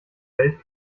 welt